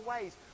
ways